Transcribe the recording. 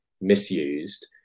misused